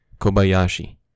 Kobayashi